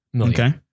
Okay